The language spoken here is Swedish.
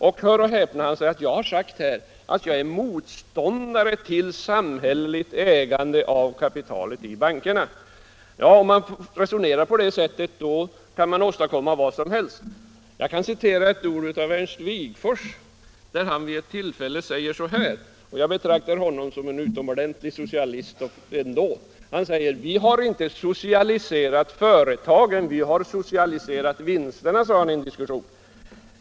Och, hör och häpna, herr Svensson säger att jag är motståndare till samhälleligt ägande av kapitalet i bankerna. Ja, om man resonerar på det sättet kan man åstadkomma vad som helst. Ernst Wigforss, som jag betraktar som en utomordentligt god socialist, sade vid ett tillfälle att vi har inte socialiserat företagen, vi har socialiserat vinsterna.